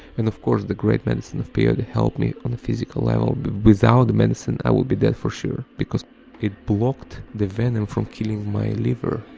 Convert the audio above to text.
and of course the great medicine of peyote helped me on a physical level. without the medicine, i would be dead for sure, because it blocked the venom from killing my liver.